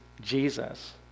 Jesus